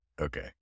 Okay